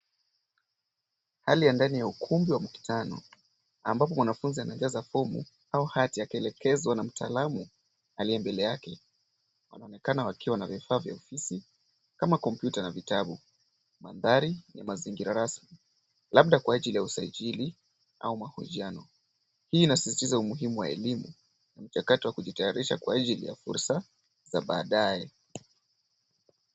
Hali ya ndani ya ukumbi wa mkutano. Ambapo mwanafunzi anajaza fomu au hati ya kielekezo na mtaalamu aliye mbele yake. Anaonekana wakiwa na vifaa vya ofisi, kama computer na vitabu. Mandhari ya mazingira rasmi. Labda kwa ajili ya usajili, au mahojiano. Hii inasisitiza umuhimu wa elimu, mchakato wa kujitayarisha kwa ajili ya fursa, za baadaye.